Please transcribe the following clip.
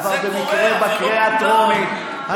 עבר במקרה בקריאה טרומית.